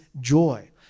joy